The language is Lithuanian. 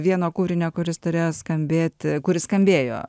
vieno kūrinio kuris turėjo skambėti kuris skambėjo